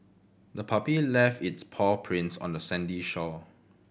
the puppy left its paw prints on the sandy shore